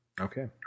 Okay